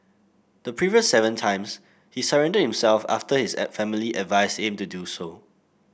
the previous seven times he surrendered himself after his family advised him to do so